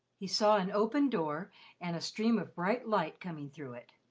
he saw an open door and a stream of bright light coming through it.